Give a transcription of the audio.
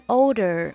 older